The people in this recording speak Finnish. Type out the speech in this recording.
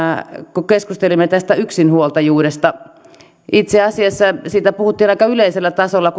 kun keskustelimme tästä yksinhuoltajuudesta itse asiassa siitä puhuttiin aika yleisellä tasolla